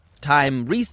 time